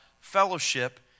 fellowship